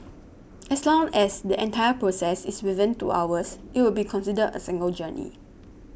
as long as the entire process is within two hours it will be considered a single journey